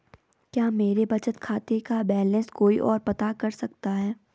क्या मेरे बचत खाते का बैलेंस कोई ओर पता कर सकता है?